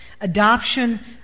Adoption